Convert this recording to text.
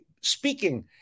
speaking